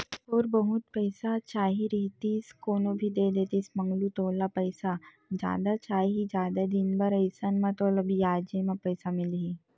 थोर बहुत पइसा चाही रहितिस कोनो भी देतिस मंगलू तोला पइसा जादा चाही, जादा दिन बर अइसन म तोला बियाजे म पइसा मिलही